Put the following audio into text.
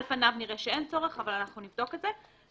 על פניו נראה שאין צורך אבל אנחנו נבדוק את זה.